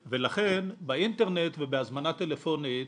ולכן, באינטרנט ובהזמנה טלפונית,